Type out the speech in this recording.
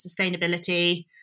sustainability